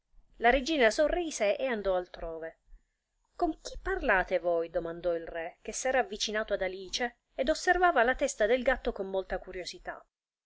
la regina sorrise e andò altrove con chi parlate voi domandò il re che s'era avvicinato ad alice ed osservava la testa del gatto con molta curiosità